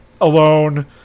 alone